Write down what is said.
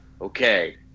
Okay